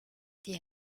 die